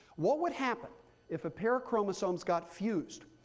what would happen if a pair of chromosomes got fused?